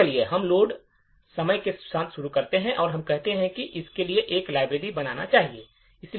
तो चलिए हम लोड समय के साथ शुरू करते हैं और हम कहते हैं कि हम इसके लिए एक लाइब्रेरी बनाना चाहते हैं